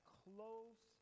close